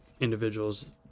individuals